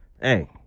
Hey